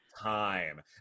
time